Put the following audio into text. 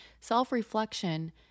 self-reflection